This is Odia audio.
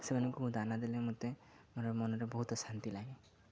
ସେମାନଙ୍କୁ ମୁଁ ଦାନା ଦେଲେ ମତେ ମୋର ମନରେ ବହୁତ ଶାନ୍ତି ଲାଗେ